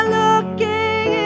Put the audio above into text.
looking